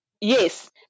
Yes